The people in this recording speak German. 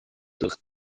durch